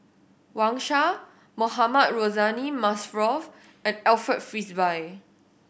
Wang Sha Mohamed Rozani Maarof and Alfred Frisby